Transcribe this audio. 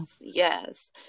Yes